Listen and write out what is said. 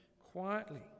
quietly